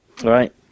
Right